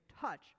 touch